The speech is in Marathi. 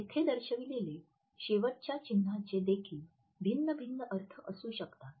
येथे दर्शविलेले शेवटच्या चिन्हाचे देखील भिन्नभिन्न अर्थ असू शकतात